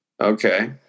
Okay